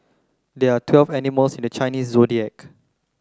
there are twelve animals in the Chinese Zodiac